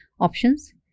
options